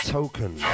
Token